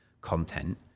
content